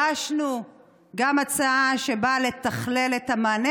הגשנו גם הצעה שבאה לתכלל את המענה.